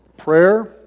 Prayer